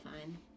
fine